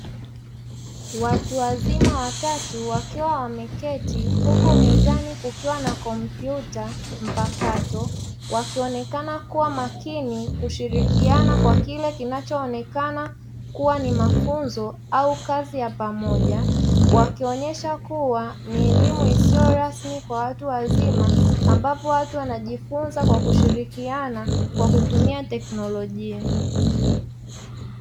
watu wazima watatu wakiwa wameketi, huku mezani kukiwa na komputa mpakato, wakionekana kuwa makini, kushirikiana kwa kile kinachoonekana, kuwa ni mafunzo au kazi ya pamoja, wakionyesha kuwa ni elimu isiyorasmi kwa watu wazima, ambapo watu wanajifunza kwa kushirikiana kwa kutumia teknolojia.